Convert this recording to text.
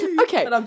Okay